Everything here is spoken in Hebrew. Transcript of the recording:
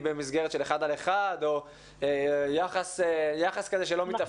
במסגרת של אחד על אחד או יחס כזה שלא מתאפשר פה.